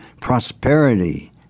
prosperity